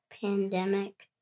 pandemic